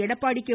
Edappadi K